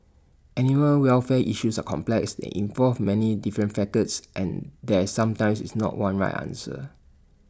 animal welfare issues are complex they involve many different facets and there sometimes is not one right answer